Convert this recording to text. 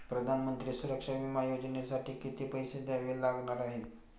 प्रधानमंत्री सुरक्षा विमा योजनेसाठी किती पैसे द्यावे लागणार आहेत?